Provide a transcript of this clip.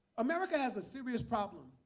america has a serious problem